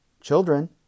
Children